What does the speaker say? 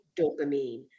dopamine